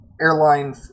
airline